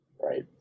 Right